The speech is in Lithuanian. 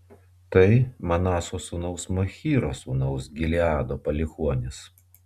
tai manaso sūnaus machyro sūnaus gileado palikuonys